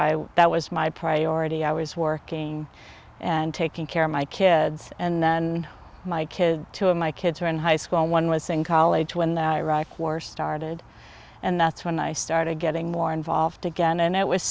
so that was my priority i was working and taking care of my kids and then my kid two of my kids were in high school and one was in college when the iraq war started and that's when i started getting more involved again and it was